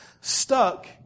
stuck